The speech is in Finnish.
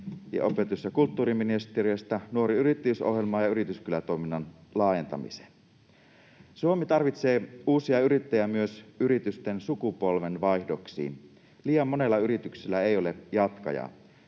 ja opetus- ja kulttuuriministeriöstä Nuori Yrittäjyys -ohjelmaan ja Yrityskylä-toiminnan laajentamiseen. Suomi tarvitsee uusia yrittäjiä myös yritysten sukupolvenvaihdoksiin. Liian monella yrityksellä ei ole jatkajaa.